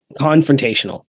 confrontational